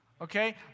Okay